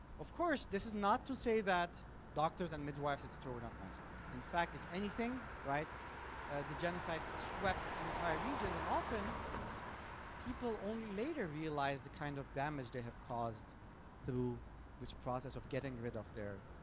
of course this is not to say that doctors and midwives etc were not massacred. in fact if anything the genocide swept entire regions and often people only later realized the kind of damage they have caused through this process of getting rid of their